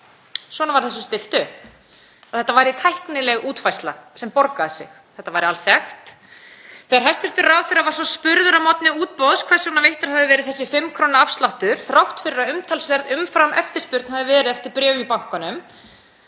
Svona var þessu stillt upp, að þetta væri tæknileg útfærsla sem borgaði sig. Þetta væri alþekkt. Þegar hæstv. ráðherra var spurður að morgni útboðs hvers vegna veittur hefði verið þessi 5 kr. afsláttur, þrátt fyrir að umtalsverð umframeftirspurn hefði verið eftir bréfum í bankanum,